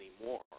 anymore